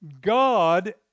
God